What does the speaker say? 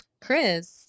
chris